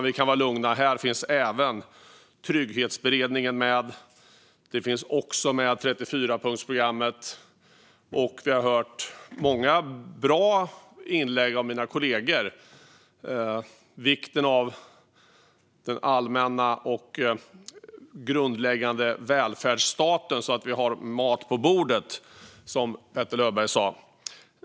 Vi kan vara lugna; här finns även Trygghetsberedningen med. 34-punktsprogrammet är också med. Vi har hört många bra inlägg av mina kollegor om vikten av den allmänna och grundläggande välfärdsstaten så att vi har mat på bordet, som Petter Löberg sa.